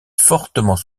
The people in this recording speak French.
fortement